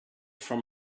from